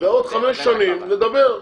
בעוד חמש שנים נדבר.